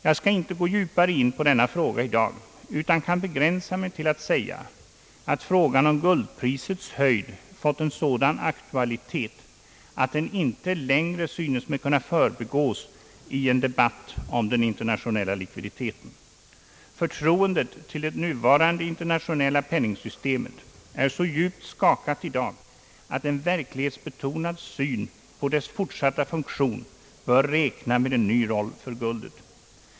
Jag skall inte gå djupare in på denna fråga i dag utan kan begränsa mig till att säga, att frågan om guldprisets höjd fått en sådan aktualitet att den inte längre synes mig kunna förbigås i en debatt om den internationella likviditeten. Förtroendet för det nuvarande internationella penningsystemet är så djupt skakat i dag, att en verklighetsbetonad syn på dess fortsatta funktion bör räkna med en ny roll för guldet.